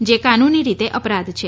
જે કાનૂની રીતે અપરાધ છે